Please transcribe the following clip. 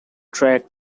track